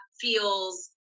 feels